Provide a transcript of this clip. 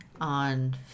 on